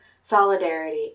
solidarity